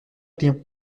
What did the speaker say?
client